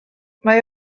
mae